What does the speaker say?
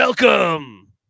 Welcome